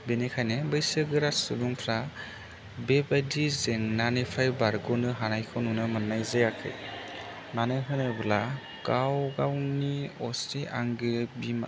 बेनिखायनो बैसोगोरा सुबुंफ्रा बेबादि जेंनानिफ्राय बारग'नो हानायखौ नुनो मोन्नाय जायाखै मानो होनोब्ला गाव गावनि असे आंगो बिमा